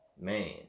Man